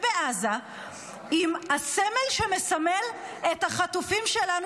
בעזה עם הסמל שמסמל את החטופים שלנו,